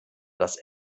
das